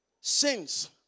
sins